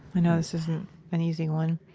i know this isn't an easy one.